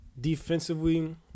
defensively